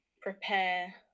prepare